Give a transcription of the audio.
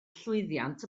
llwyddiant